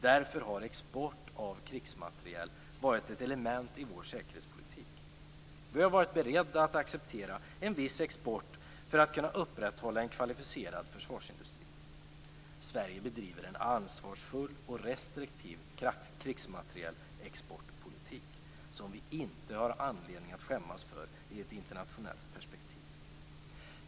Därför har export av krigsmateriel varit ett element i vår säkerhetspolitik. Vi har varit beredda att acceptera en viss export för att kunna upprätthålla en kvalificerad försvarsindustri. Sverige bedriver en ansvarsfull och restriktiv krigsmaterielexportpolitik som vi inte har anledning att skämmas för i ett internationellt perspektiv.